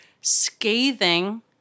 scathing